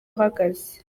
uhagaze